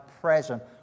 present